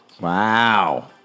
Wow